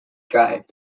drive